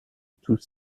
tous